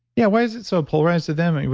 yeah, why is it so polarized to them?